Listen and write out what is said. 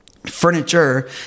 Furniture